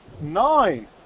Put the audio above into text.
nine